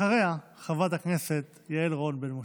אחריה, חברת הכנסת יעל רון בן משה.